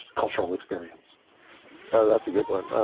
cultural experience oh, that's a good one.